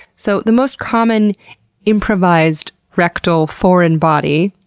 so the most common improvised rectal foreign body,